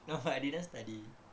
no I didn't study